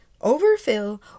overfill